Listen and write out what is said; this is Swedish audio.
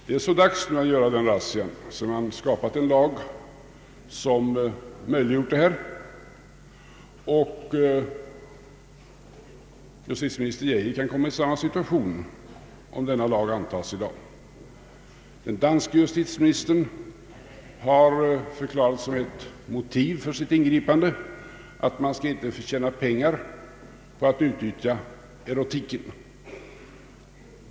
Det är så dags nu att göra sådana razzior sedan man skapat en lag som möjliggjort företeelser av det här slaget. Justitieminister Geijer kan komma i samma situation om hans lag antas i dag. Den danske justitieministern har förklarat som ett motiv för sitt ingripande att man inte skall förtjäna pengar på att utnyttja erotiken.